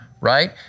right